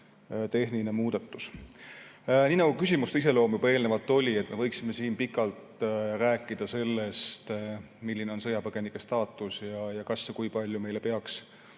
tehniline muudatus. Nii nagu küsimuste iseloom juba eelnevalt näitas, me võiksime siin pikalt rääkida sellest, milline on sõjapõgenike staatus ja kui palju me peaksime